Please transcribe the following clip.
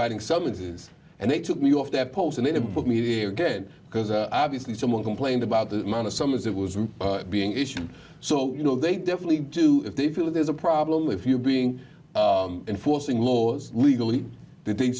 writing summonses and they took me off that post and in the book media again because obviously someone complained about the amount of summers it was being issued so you know they definitely do if they feel that there's a problem if you're being enforcing laws legally that